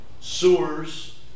sewers